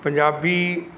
Punjabi